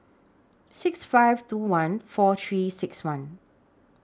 six five two one four three six one